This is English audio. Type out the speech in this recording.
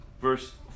Verse